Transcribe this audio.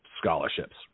scholarships